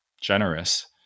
generous